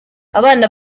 abana